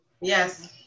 Yes